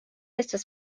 estas